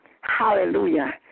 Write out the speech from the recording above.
hallelujah